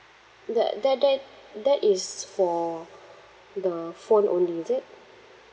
that that that that is for the phone only is it